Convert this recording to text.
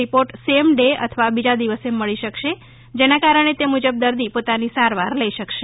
report same day અથવા બીજા દિવસે મળી શકશે જેના કારણે તે મુજબ દર્દી પોતાની સારવાર લઈ શકશે